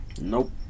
Nope